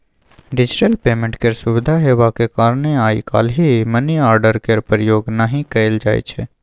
digital payment केर सुविधा हेबाक कारणेँ आइ काल्हि मनीआर्डर केर प्रयोग नहि कयल जाइ छै